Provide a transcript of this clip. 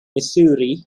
missouri